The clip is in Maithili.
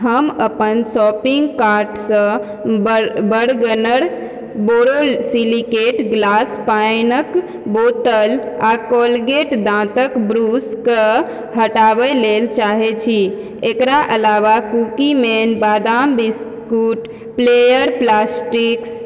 हम अपन शॉपिङ्ग कार्टसँ बर्गनर बोरोसिलिकेट ग्लास पानिके बोतल आओर कोलगेट दाँतके ब्रशके हटाबै लेल चाहै छी एकरा अलावा कुकीमेन बादाम बिस्कुट प्लेयर प्लास्टिक्स